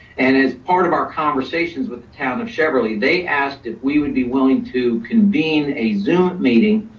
and as part of our conversations with the town of cheverly, they asked if we would be willing to convene a zoom meeting,